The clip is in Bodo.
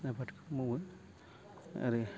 आबादखौ मावो आरो